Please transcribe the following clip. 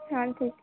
हां ठीक